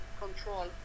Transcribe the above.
control